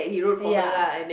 ya